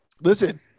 Listen